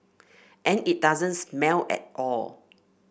and it doesn't smell at all